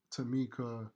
Tamika